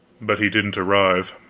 but he didn't arrive.